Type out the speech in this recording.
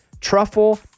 truffle